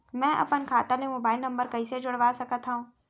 मैं अपन खाता ले मोबाइल नम्बर कइसे जोड़वा सकत हव?